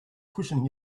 pushing